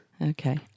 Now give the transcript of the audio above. Okay